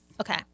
Okay